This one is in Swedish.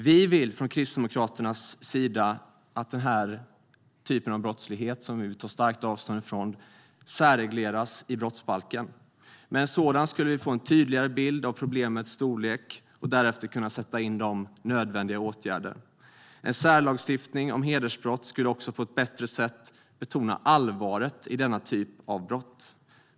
Vi vill från Kristdemokraternas sida att den här typen av brottslighet, som vi tar starkt avstånd ifrån, särregleras i brottsbalken. På så sätt skulle vi få en tydligare bild av problemets storlek och därefter kunna sätta in nödvändiga åtgärder. En särlagstiftning om hedersbrott skulle också på ett bättre sätt betona allvaret i denna typ av brott.